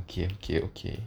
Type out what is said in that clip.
okay okay okay